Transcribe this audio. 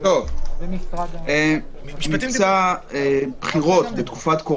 "משרד הבריאות ימסור"